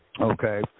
Okay